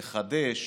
לחדש,